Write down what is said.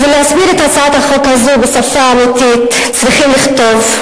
בשביל להסביר את הצעת החוק הזאת בשפה אמיתית צריכים לכתוב,